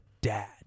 dad